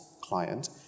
client